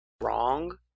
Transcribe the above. wrong